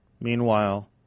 Meanwhile